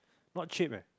not cheap ah